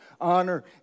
honor